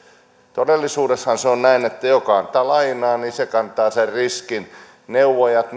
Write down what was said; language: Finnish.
todellisuudessahan se on niin että joka ottaa lainaa se kantaa sen riskin neuvojat